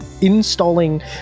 installing